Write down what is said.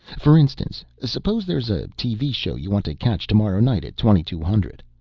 for instance, suppose there's a tv show you want to catch tomorrow night at twenty-two hundred.